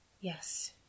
Yes